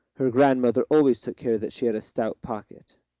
her grandmother always took care that she had a stout pocket.